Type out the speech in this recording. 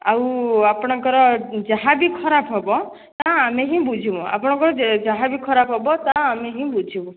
ଆଉ ଆପଣଙ୍କର ଯାହା ବି ଖରାପ ହେବ ତାହା ଆମେ ହିଁ ବୁଝିବୁ ଆପଣଙ୍କର ଯାହା ବି ଖରାପ ହେବ ତାହା ଆମେ ହିଁ ବୁଝିବୁ